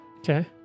Okay